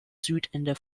südende